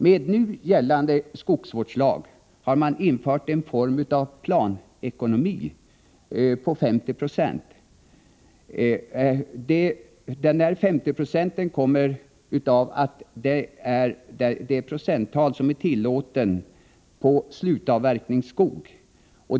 Med nu gällande skogsvårdslag har man infört en form av planekonomi, som omfattar 50 90, dvs. det procenttal som är tillåtet vad gäller s.k. slutavverkningsskog.